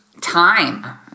time